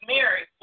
Mary